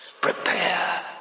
Prepare